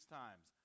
times